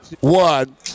One